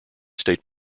state